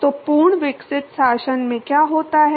तो पूर्ण विकसित शासन में क्या होता है